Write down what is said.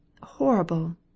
horrible